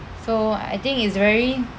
so I think it's very